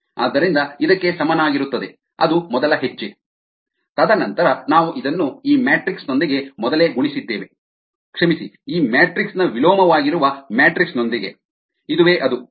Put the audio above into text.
ಆದ್ದರಿಂದ ಇದಕ್ಕೆ ಸಮನಾಗಿರುತ್ತದೆ ಅದು ಮೊದಲ ಹೆಜ್ಜೆ ತದನಂತರ ನಾವು ಇದನ್ನು ಈ ಮ್ಯಾಟ್ರಿಕ್ಸ್ ನೊಂದಿಗೆ ಮೊದಲೇ ಗುಣಿಸಿದ್ದೇವೆ ಕ್ಷಮಿಸಿ ಈ ಮ್ಯಾಟ್ರಿಕ್ಸ್ ನ ವಿಲೋಮವಾಗಿರುವ ಮ್ಯಾಟ್ರಿಕ್ಸ್ ನೊಂದಿಗೆ ಇದುವೇ ಅದು